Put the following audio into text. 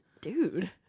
Dude